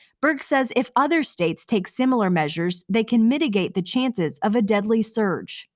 burke said if other states take similar measures, they can mitigate the chances of a deadly surge.